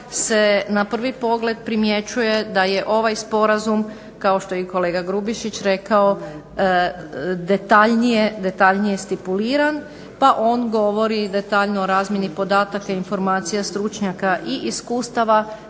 se na prvi pogled primjećuje da je ovaj sporazum, kao što je i kolega Grubišić rekao, detaljnije stipuliran pa on govori detaljno o razmjeni podataka, informacija, stručnjaka i iskustava,